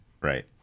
Right